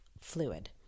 fluid